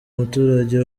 umuturage